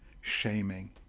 shaming